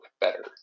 better